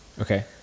Okay